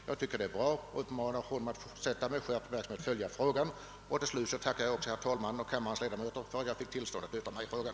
Jag tycker att det var bra och uppmanar honom att fortsätta att med skärpt uppmärksamhet följa frågan. Till sist tackar jag också herr talmannen och kammarens ledamöter för att jag fick tillstånd att yttra mig i frågan.